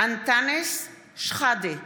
אנטאנס שחאדה,